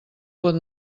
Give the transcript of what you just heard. pot